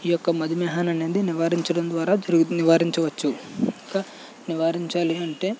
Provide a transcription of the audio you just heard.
ఈ యొక్క మధుమేహాన్ని అనేది నివారించడం ద్వారా జరుగుతూ నివారించవచ్చు ఇంకా నివారించాలి అంటే